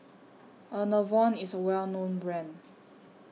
Enervon IS A Well known Brand